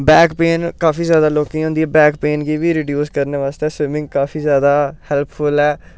back pain काफी जादा लोकें गी होंदी ऐ बैकपेन गी बी रडीऊज करने बास्तै स्विमिंग काफी ज्यादा हैल्पफुल ऐ